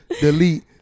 Delete